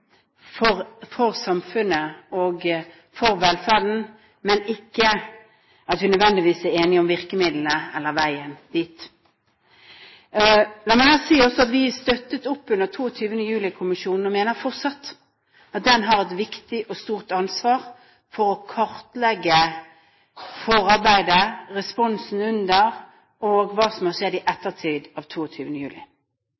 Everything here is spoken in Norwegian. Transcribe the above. målene for samfunnet og for velferden, men ikke at vi nødvendigvis er enige om virkemidlene eller veien dit. La meg også si at vi støttet opp under 22. juli-kommisjonen og mener fortsatt at den har et viktig og stort ansvar for å kartlegge forarbeidet, responsen under og hva som har skjedd i